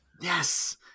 Yes